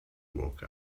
woke